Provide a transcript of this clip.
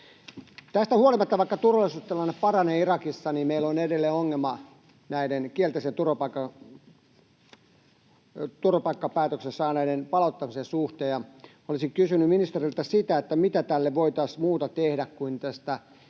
Tästä huolimatta, että turvallisuustilanne paranee Irakissa, meillä on edelleen ongelma kielteisen turvapaikkapäätöksen saaneiden palauttamisen suhteen. Olisin kysynyt ministeriltä sitä, että mitä muuta tälle voitaisiin tehdä kuin kehitysapurahan